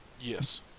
Yes